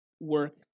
work